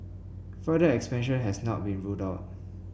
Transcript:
further expansion has not been ruled out